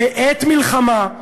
בעת מלחמה,